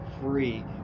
free